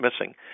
missing